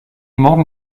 morgen